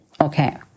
Okay